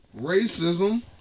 Racism